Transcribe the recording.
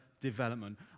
development